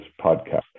podcast